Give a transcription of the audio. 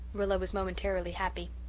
rilla was momentarily happy.